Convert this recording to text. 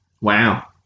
Wow